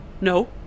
No